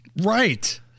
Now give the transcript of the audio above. Right